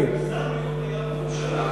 כידוע לכם, אנחנו מדינה של קיבוץ גלויות,